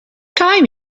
time